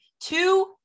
two